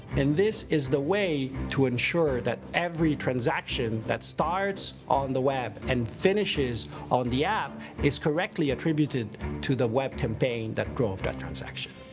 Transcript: and this is the way to ensure that every transaction that starts on the web and finishes on the app is correctly attributed to the web campaign that drove that transaction.